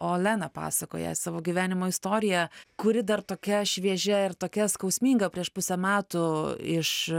olena pasakoja savo gyvenimo istoriją kuri dar tokia šviežia ir tokia skausminga prieš pusę metų iš